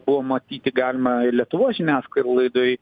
buvo matyti galima ir lietuvos žiniasklaidoj